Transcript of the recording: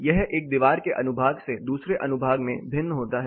यह एक दीवार के अनुभाग से दूसरे अनुभाग में भिन्न होता है